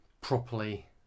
properly